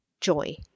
joy